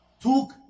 took